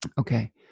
Okay